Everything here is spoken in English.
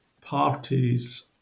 parties